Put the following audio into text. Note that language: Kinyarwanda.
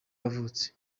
yavutse